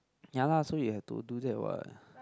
ya lah so you have to do that what